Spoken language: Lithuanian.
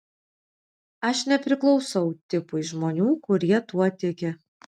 aš nepriklausau tipui žmonių kurie tuo tiki